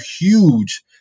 huge